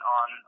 on